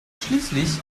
schließlich